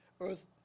earth